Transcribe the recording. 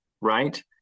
right